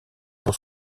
pour